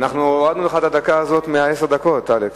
אנחנו הורדנו לך את הדקה הזאת מעשר הדקות, אלכס.